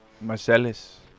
Marcellus